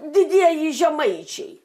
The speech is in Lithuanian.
didieji žemaičiai